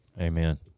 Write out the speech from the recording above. Amen